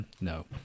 No